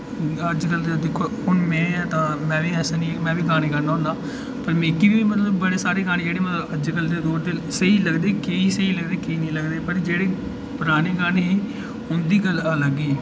अज्जकल दे दिक्खो हून में आं ते में बी अस बी में बी गाने गाना होना पर मिगी बी मतलब बड़े सारे गाने जेह्ड़े मतलब अज्जकल दे दौर दे स्हेई लगदे कीऽ स्हेई लगदे कीऽ निं लगदे पर जेह्ड़े पराने गाने हे उं'दी गल्ल अलग ही